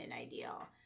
ideal